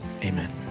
amen